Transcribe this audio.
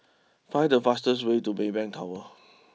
find the fastest way to Maybank Tower